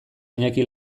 iñaki